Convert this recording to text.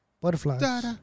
Butterflies